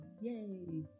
yay